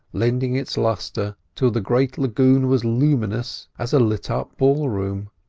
lending its lustre till the great lagoon was luminous as a lit-up ballroom.